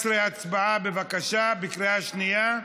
14), התשע"ח 2018. בקריאה שנייה.